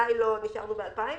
בוודאי לא נשארנו ב-2000.